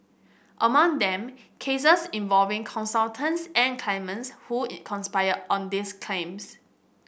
among them cases involving consultants and claimants who conspired on these claims